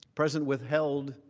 president withheld